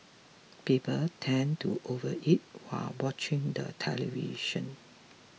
people tend to overeat while watching the television